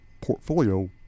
portfolio